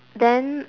then